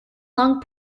long